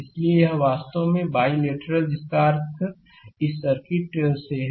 इसलिए यह वास्तव बाईलेटरल है जिसका अर्थ इस सर्किट से है